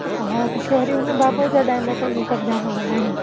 हा मूंखे वरी उन बाबो जा डायलॉग ही सभु जामु वणंदा आहिनि